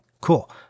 Cool